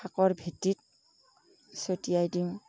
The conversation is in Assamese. শাকৰ ভেটিত ছটিয়াই দিওঁ